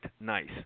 nice